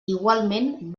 igualment